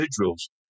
individuals